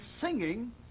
singing